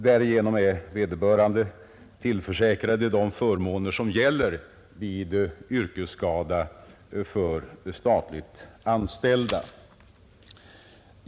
Därigenom är vederbörande tillförsäkrade de förmåner som gäller för statligt anställda vid yrkesskada.